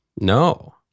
No